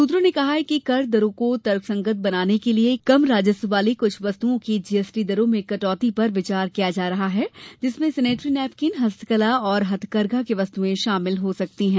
सूत्रों ने कहा है कि कर दरों को तर्कसंगत बनाने के लिये कम राजस्व वाली कुछ वस्तुओं की जीएसटी दरों में कटौती पर विचार किया जा सकता है जिनमें सेनेटरी नैपकिन हस्तकला और हथकरधा की वस्तुएं शामिल हो सकती है